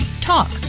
Talk